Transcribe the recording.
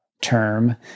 term